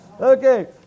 Okay